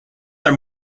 are